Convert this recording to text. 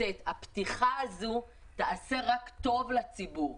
הפתיחה הזו תעשה רק טוב לציבור.